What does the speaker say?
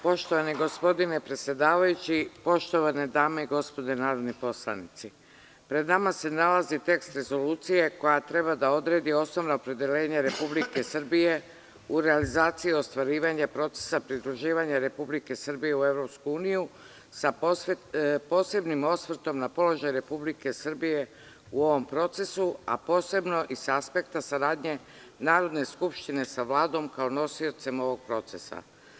Poštovani gospodine predsedavajući, poštovane dame i gospodo narodni poslanici, pred nama se nalazi tekst rezolucije koja treba da odredi osnovna opredeljenja Republike Srbije u realizaciji ostvarivanja procesa pridruživanja Republike Srbije u EU, sa posebnim osvrtom na položaj Republike Srbije u ovom procesu, a posebno i sa aspekta saradnje Narodne skupštine sa Vladom, kao nosiocem ovog procesa.